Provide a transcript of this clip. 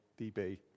DB